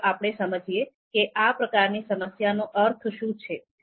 ચાલો આપણે સમજીએ કે આ પ્રકારની સમસ્યાનો અર્થ શું છે